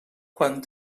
quan